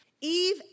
Eve